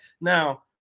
now